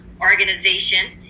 organization